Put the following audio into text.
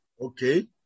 Okay